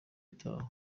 itaha